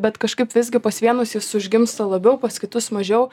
bet kažkaip visgi pas vienus jis užgimsta labiau pas kitus mažiau